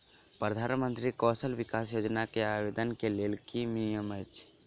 प्रधानमंत्री कौशल विकास योजना केँ आवेदन केँ लेल की नियम अछि?